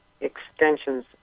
extensions